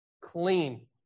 clean